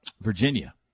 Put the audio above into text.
Virginia